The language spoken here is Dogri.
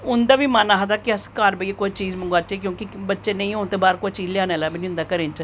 उंदा बी मन करदा की अस घर बेहियै कोई चीज़ मंगाचै क्योंकि बच्चे नेईं होन ते बाहर दा कोई चीज़ घर लेई आने आह्ला नेईं होंदा घरें च